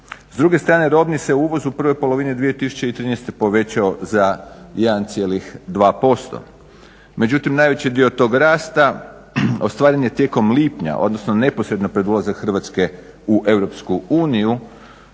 S druge strane robni se uvoz u prvoj polovini 2013. povećao za 1,2%. Međutim, najveći dio tog rasta ostvaren je tijekom lipnja, odnosno neposredno pred ulazak Hrvatske u EU